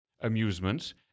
amusements